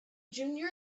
junior